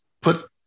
put